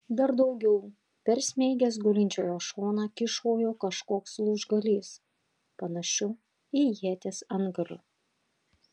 dar daugiau persmeigęs gulinčiojo šoną kyšojo kažkoks lūžgalys panašiu į ieties antgaliu